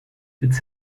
its